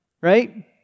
right